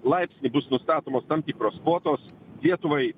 laipsnį bus nustatomos tam tikros kvotos lietuvai